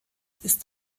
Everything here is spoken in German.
ist